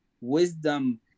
wisdom